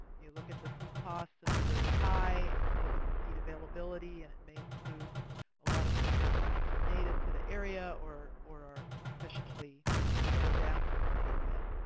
you look at the seed costs and they're very high, and you look at the seed availability and it may include a lot of things that aren't native to the area or or are insufficiently well adapted to the area.